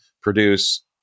produce